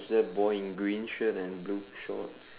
there a boy green shirt and blue shorts